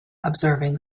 observing